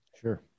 Sure